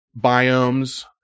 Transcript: biomes